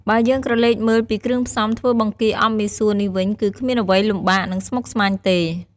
បើយើងក្រឡេកមើលពីគ្រឿងផ្សំធ្វើបង្គាអប់មីសួរនេះវិញ គឺគ្មានអ្វីលំបាក និងស្មុគស្មាញទេ។